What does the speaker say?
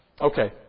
Okay